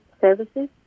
services